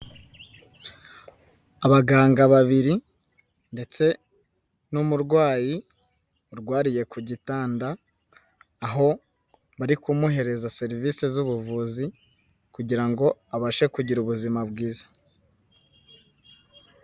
Abaganga babiri ndetse n'umurwayi urwariye ku gitanda aho bari kumuhereza serivisi z'ubuvuzi kugira ngo abashe kugira ubuzima bwiza.